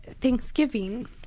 thanksgiving